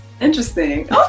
Interesting